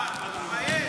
תתבייש.